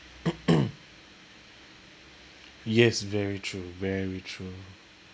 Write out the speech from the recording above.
yes very true very true